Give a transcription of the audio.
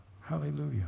Hallelujah